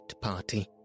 party